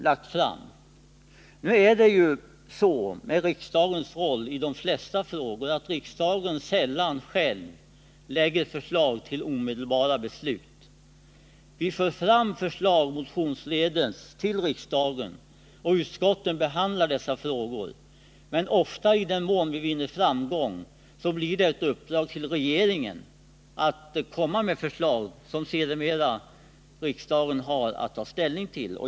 Men nu är det ju så att riksdagsledamöternas roll i de flesta frågor är sådan att vi sällan lägger fram förslag till beslut som innebär omedelbart verkande åtgärder. Vi för motionsvägen fram förslag till riksdagen, och utskotten behandlar dessa frågor. Men i den mån vi vinner framgång utmynnar förslagen oftast i ett uppdrag till regeringen att komma med förslag till riksdagen som riksdagen sedermera har att ta ställning till.